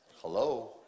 hello